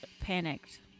panicked